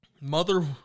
Mother